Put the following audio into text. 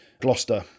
Gloucester